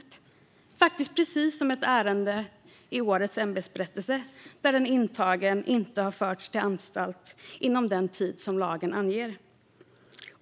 Det är faktiskt precis som ett ärende i årets ämbetsberättelse där en intagen inte har förts över till anstalt inom den tid lagen anger.